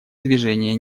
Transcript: движения